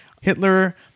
Hitler